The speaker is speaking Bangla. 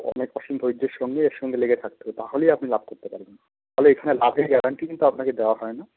অনেক অসীম ধৈর্যের সঙ্গে এর সঙ্গে লেগে থাকতে হবে তাহলেই আপনি লাভ করতে পারবেন তবে এখানে লাভের গ্যারান্টি কিন্তু আপনাকে দেওয়া হয় না